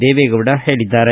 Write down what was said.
ದೇವೇಗೌಡ ಹೇಳಿದ್ದಾರೆ